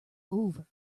over